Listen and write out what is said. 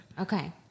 Okay